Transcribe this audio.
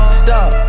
stop